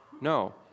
No